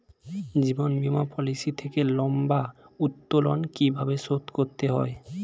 জীবন বীমা পলিসি থেকে লম্বা উত্তোলন কিভাবে শোধ করতে হয়?